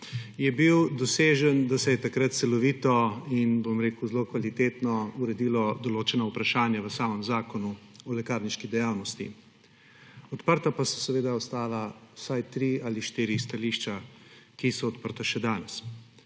je bil dosežen − da se je takrat celovito in zelo kvalitetno uredilo določena vprašanja v samem Zakonu o lekarniški dejavnosti. Odprta pa so seveda ostala vsaj tri ali štiri stališča, ki so odprta še danes.